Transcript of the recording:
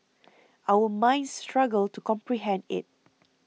our minds struggle to comprehend it